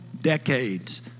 Decades